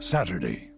Saturday